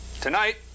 tonight